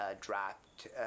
dropped